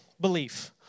belief